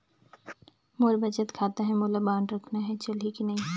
मोर बचत खाता है मोला बांड रखना है चलही की नहीं?